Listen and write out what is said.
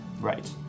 Right